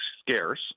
scarce